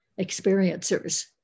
experiencers